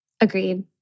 Agreed